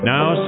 Now